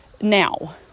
now